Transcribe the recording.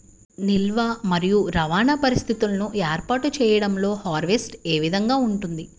నిల్వ మరియు రవాణా పరిస్థితులను ఏర్పాటు చేయడంలో హార్వెస్ట్ ఏ విధముగా ఉంటుంది?